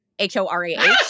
H-O-R-A-H